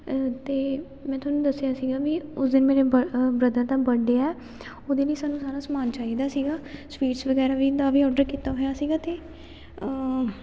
ਅਤੇ ਮੈਂ ਤੁਹਾਨੂੰ ਦੱਸਿਆ ਸੀਗਾ ਵੀ ਉਸ ਦਿਨ ਮੇਰੇ ਬ ਬ੍ਰਦਰ ਦਾ ਬਰਡੇ ਹੈ ਉਹਦੇ ਲਈ ਸਾਨੂੰ ਸਾਰਾ ਸਮਾਨ ਚਾਹੀਦਾ ਸੀਗਾ ਸਵੀਟਸ ਵਗੈਰਾ ਵੀ ਦਾ ਵੀ ਔਡਰ ਕੀਤਾ ਹੋਇਆ ਸੀਗਾ ਅਤੇ